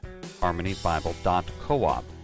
harmonybible.coop